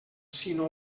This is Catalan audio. sinó